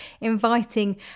inviting